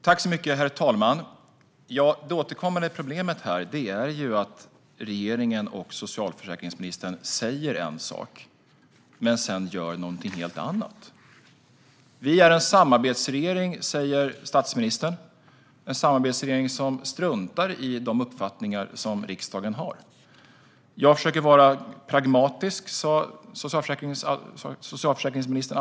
Herr talman! Det återkommande problemet är att regeringen och socialförsäkringsministern säger en sak men sedan gör något helt annat. Statsministern säger att ni är en samarbetsregering. Det är en samarbetsregering som struntar i de uppfattningar som riksdagen har. Socialförsäkringsministern sa alldeles nyss att hon försöker vara pragmatisk.